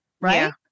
Right